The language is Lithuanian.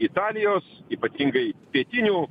italijos ypatingai pietinių